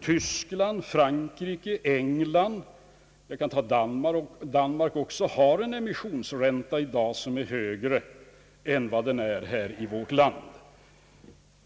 Tyskland, Frankrike, England och Danmark har i dag en emissionsränta som är högre än den är i vårt land.